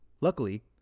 Luckily